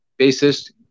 bassist